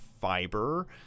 fiber